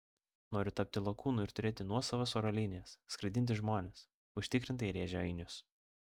noriu tapti lakūnu ir turėti nuosavas oro linijas skraidinti žmones užtikrintai rėžė ainius